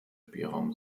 spielraum